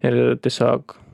ir tiesiog